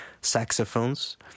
saxophones